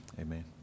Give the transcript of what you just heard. Amen